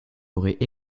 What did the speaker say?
aurait